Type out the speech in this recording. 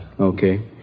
Okay